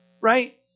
right